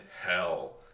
hell